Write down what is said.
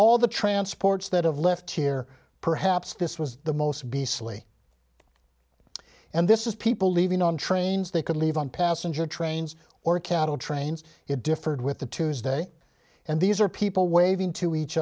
all the transports that have left here perhaps this was the most beastly and this is people leaving on trains they could leave on passenger trains or cattle trains it differed with the tuesday and these are people waving to each